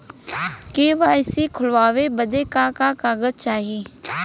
KYC खोलवावे बदे का का कागज चाही?